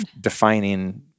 defining